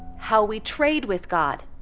how we trade with god,